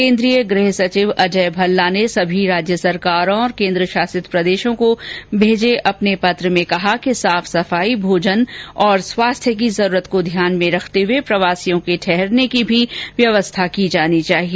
केन्द्रीय गृह सचिव अजय भल्ला ने सभी राज्य सरकारों और केन्द्र शासित प्रशासनों को भेजे पत्र में कहा कि साफ सफाई भोजन और स्वास्थ्य की जरूरत को ध्यान में रखते हुए प्रवासियों के ठहरने की भी व्यवस्था की जानी चाहिए